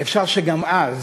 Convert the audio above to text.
אפשר שאז